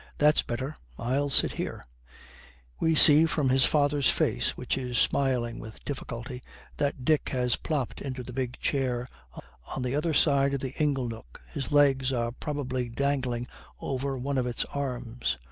that's better. i'll sit here we see from his father's face which is smiling with difficulty that dick has plopped into the big chair on the other side of the ingle-nook. his legs are probably dangling over one of its arms.